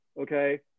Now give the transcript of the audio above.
okay